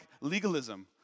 legalism